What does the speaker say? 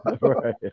Right